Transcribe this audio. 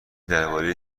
درباره